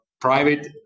private